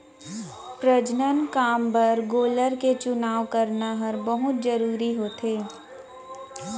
प्रजनन काम बर गोलर के चुनाव करना हर बहुत जरूरी होथे